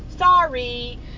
Sorry